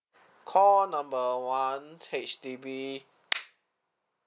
call number one H_D_B